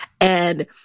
And-